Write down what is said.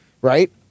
right